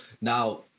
Now